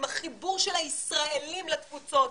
עם החיבור של הישראלים לתפוצות